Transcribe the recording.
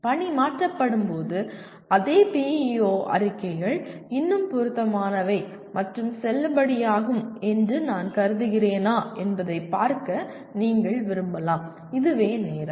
பணி மாற்றப்படும்போது அதே PEO அறிக்கைகள் இன்னும் பொருத்தமானவை மற்றும் செல்லுபடியாகும் என்று நான் கருதுகிறேனா என்பதைப் பார்க்க நீங்கள் விரும்பலாம் இதுவே நேரம்